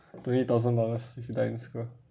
twenty thousand dollars if you die in school